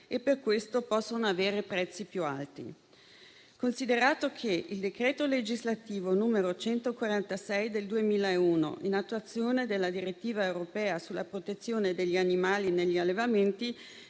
e per questo possono avere prezzi più alti. Considerato che il decreto legislativo n. 146 del 2001, in attuazione della direttiva europea sulla protezione degli animali negli allevamenti,